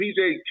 pj